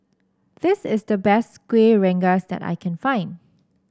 this is the best Kueh Rengas that I can find